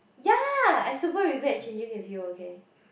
ya I super regret changing with you okay